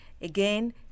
Again